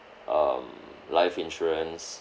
um life insurance